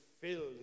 filled